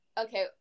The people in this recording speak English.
Okay